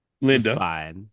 Linda